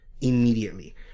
immediately